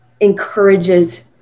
encourages